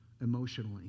emotionally